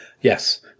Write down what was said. Yes